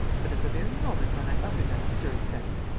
but, at the very moment when i uttered that absurd sentence,